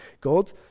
God